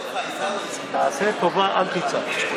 עיסאווי, הבריאות שלך, עיסאווי.